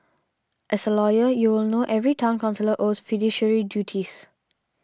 as a lawyer you will know every Town Councillor owes fiduciary duties